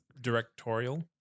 directorial